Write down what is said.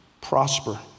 prosper